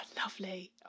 Lovely